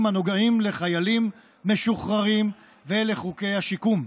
הנוגעים לחיילים משוחררים ולחוקי השיקום.